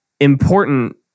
important